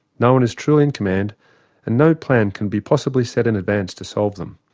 no one is truly in command and no plan can be possibly set in advance to solve them.